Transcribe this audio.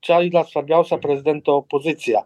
čia yra svarbiausia prezidento pozicija